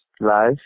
live